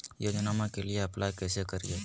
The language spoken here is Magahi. योजनामा के लिए अप्लाई कैसे करिए?